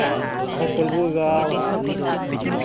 ᱟᱨᱦᱚᱸ ᱯᱟᱹᱰᱩᱣᱟᱹ ᱜᱟᱲ